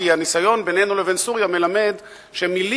כי הניסיון בינינו לבין סוריה מלמד שמלים